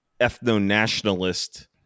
ethno-nationalist